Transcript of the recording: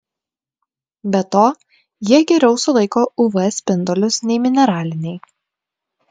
be to jie geriau sulaiko uv spindulius nei mineraliniai